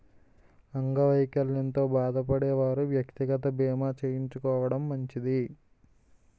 అంగవైకల్యంతో బాధపడే వారు వ్యక్తిగత బీమా చేయించుకోవడం మంచిది